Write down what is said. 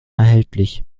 erhältlich